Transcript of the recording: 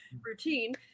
routine